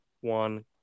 one